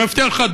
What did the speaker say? אני מבטיח לך,